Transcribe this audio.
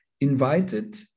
invited